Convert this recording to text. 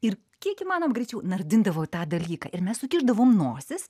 ir kiek įmanoma greičiau nardindavau į tą dalyką ir mes sukišdavom nosis